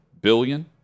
billion